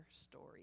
Story